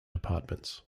apartments